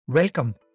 Welcome